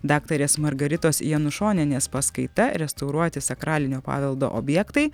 daktarės margaritos janušonienės paskaita restauruoti sakralinio paveldo objektai